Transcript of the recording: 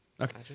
Okay